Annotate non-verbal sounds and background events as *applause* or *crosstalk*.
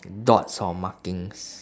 *noise* dots or markings